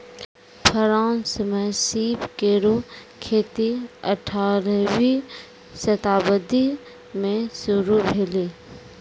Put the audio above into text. France म सीप केरो खेती अठारहवीं शताब्दी में शुरू भेलै